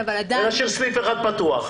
ולהשאיר סניף אחד פתוח.